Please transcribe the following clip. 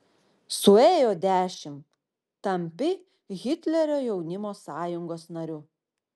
suėjo dešimt tampi hitlerio jaunimo sąjungos nariu